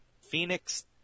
Phoenix